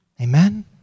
Amen